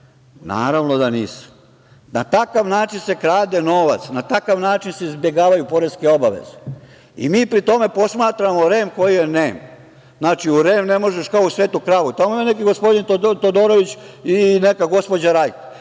Naravno da nisu. Na takav način se krade novac. Na takav način se izbegavaju poreske obaveze. Mi pri tome posmatramo REM koji je nem. Znači, u REM ne možeš, kao u svetu kravu. Tamo je neki gospodin Todorević i neka gospođa Rajka,